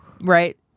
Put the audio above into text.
Right